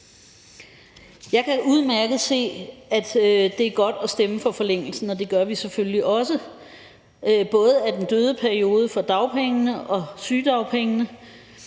Jeg kan udmærket se, at det er godt at stemme for forlængelsen, og det gør vi selvfølgelig også, af både den døde periode for dagpengene og sygedagpengene.